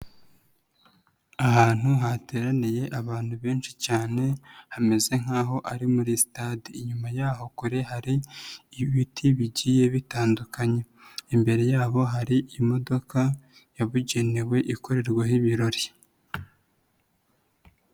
Ahantu hateraniye abantu benshi cyane hameze nkaho ari muri sitade, inyuma yaho kure hari ibiti bigiye bitandukanye imbere yabo hari imodoka yabugenewe ikorerwaho ibirori.